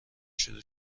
شروع